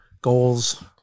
goals